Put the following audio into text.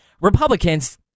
Republicans